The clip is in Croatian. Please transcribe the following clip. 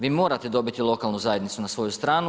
Vi morate dobiti lokalnu zajednicu na svoju stranu.